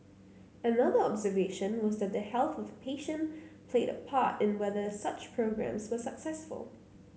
another observation was that the health of a patient played a part in whether such programmes were successful